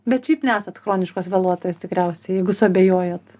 bet šiaip nesat chroniškos vėluotojos tikriausiai jeigu suabejojot